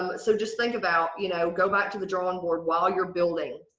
um so just think about you know go back to the drawing board while you're building.